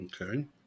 Okay